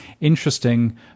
interesting